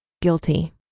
guilty